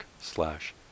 slash